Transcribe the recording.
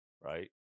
right